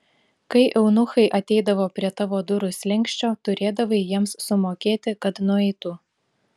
kai eunuchai ateidavo prie tavo durų slenksčio turėdavai jiems sumokėti kad nueitų